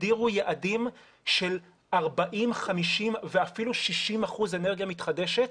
הגדירו יעדים של 50-40 ואפילו 60 אחוזים אנרגיה מתחדשת.